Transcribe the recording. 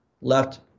left